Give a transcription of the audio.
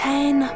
Ten